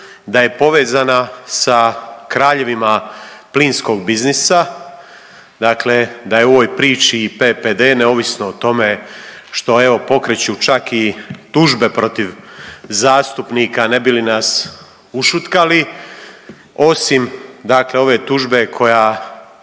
da je povezana sa kraljevima plinskog biznisa, dakle da je u ovoj priči i PPD neovisno o tome što evo pokreću čak i tužbe protiv zastupnika ne bi li nas ušutkali. Osim dakle ove tužbe koja